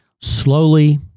Slowly